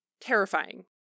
terrifying